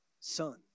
son